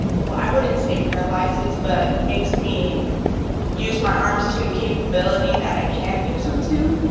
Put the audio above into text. well i wouldn't say paralyzes, but makes me use my arms to capability that i can use them to.